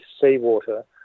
seawater